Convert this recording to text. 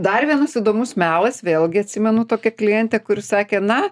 dar vienas įdomus melas vėlgi atsimenu tokią klientę kuri sakė na